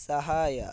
ಸಹಾಯ